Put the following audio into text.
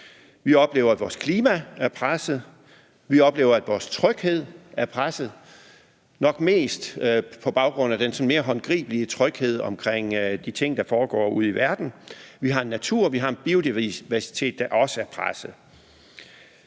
Vi oplever, at vores klima er presset. Vi oplever, at vores tryghed er presset, nok mest på baggrund af den mere håndgribelige tryghed omkring de ting, der foregår ude i verden. Vi har en natur og en biodiversitet, der også er presset.